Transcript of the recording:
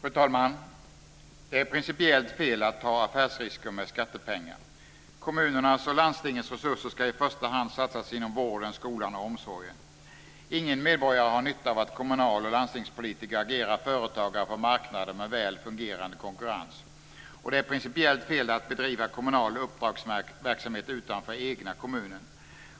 Fru talman! Det är principiellt fel att ta affärsrisker med skattepengar. Kommunernas och landstingens resurser ska i första hand satsas inom vården, skolan och omsorgen. Ingen medborgare har nytta av att kommunal och landstingspolitiker agerar företagare på marknader med väl fungerande konkurrens. Det är principiellt fel att bedriva kommunal uppdragsverksamhet utanför egna kommunen.